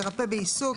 מרפא בעיסוק,